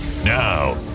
Now